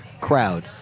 crowd